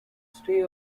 stay